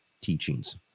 teachings